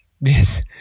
Yes